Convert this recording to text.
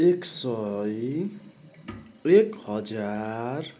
एक सय एक हजार